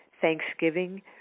Thanksgiving